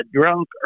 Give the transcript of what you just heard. drunk